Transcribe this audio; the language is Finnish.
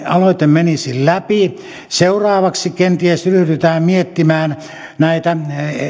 aloite menisi läpi seuraavaksi kenties ryhdytään miettimään näitä